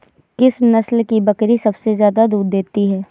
किस नस्ल की बकरी सबसे ज्यादा दूध देती है?